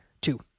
Two